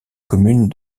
commune